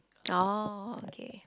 oh okay